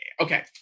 Okay